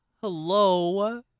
Hello